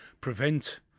prevent